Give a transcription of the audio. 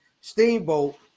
Steamboat